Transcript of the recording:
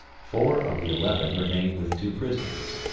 four of the eleven remain with two prisoners.